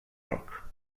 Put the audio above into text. roc